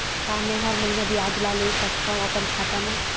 का मैं हर महीना ब्याज ला ले सकथव अपन खाता मा?